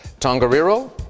Tongariro